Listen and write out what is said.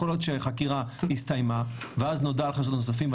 יכול להיות שחקירה הסתיימה ואז נודע על חשדות נוספים,